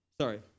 Sorry